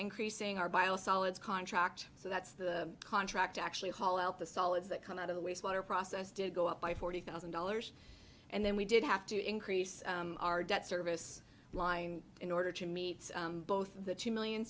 increasing our biosolids contract so that's the contract actually haul out the solids that come out of the wastewater process did go up by forty thousand dollars and then we did have to increase our debt service line in order to meet both of the two million